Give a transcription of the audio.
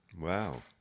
Wow